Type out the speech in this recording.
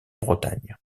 bretagne